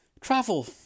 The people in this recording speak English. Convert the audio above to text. travel